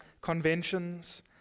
conventions